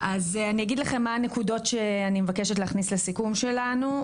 אני אגיד לכם מה הנקודות שאני מבקשת להכניס לסיכום שלנו.